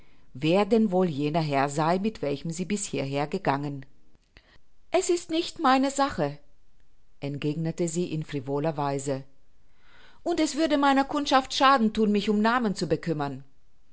wer denn wohl jener herr sei mit welchem sie bis hierher gegangen es ist nicht meine sache entgegnete sie in frivoler weise und es würde meiner kundschaft schaden thun mich um namen zu bekümmern